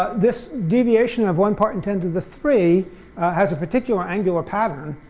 this deviation of one part in ten to the three has a particular angular pattern,